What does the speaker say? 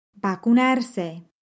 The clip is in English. Vacunarse